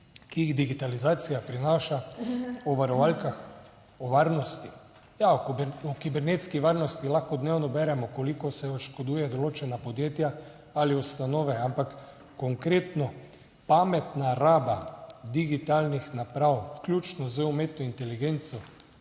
ki jih digitalizacija prinaša, o varovalkah, o varnosti. Ja, o kibernetski varnosti, lahko dnevno beremo koliko se oškoduje določena podjetja ali ustanove, ampak konkretno pametna raba digitalnih naprav, vključno z umetno inteligenco